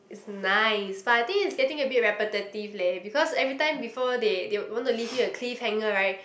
it's nice but I think it's getting a bit repetitive leh because every time before they they want to leave you a cliff hanger right